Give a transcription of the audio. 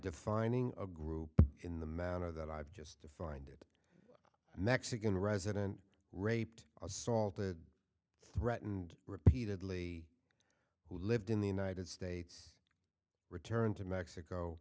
defining a group in the manner that i've just defined it mexican resident raped or assaulted threatened repeatedly who lived in the united states returned to mexico